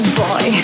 boy